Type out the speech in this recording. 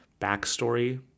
backstory